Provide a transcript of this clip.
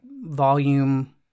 volume